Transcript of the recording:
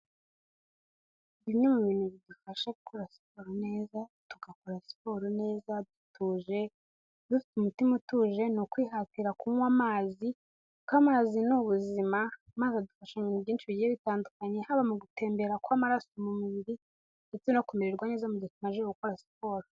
Bimwe mu bintu bidufasha gukora siporo neza tugakora siporo neza dutuje dufite umutima utuje ni ukwihatira kunywa amazi kuko amazi ni ubuzima, amaze adufasha ibintu byinshi bigiye bitandukanye, haba mu gutembera kw'amaraso mu mubiri ndetse no kumererwa neza mu gihe tukomajije gukora siporo.